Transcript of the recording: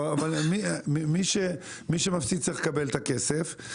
אבל מי שמפסיד צריך לקבל את הכסף.